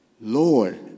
Lord